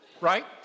right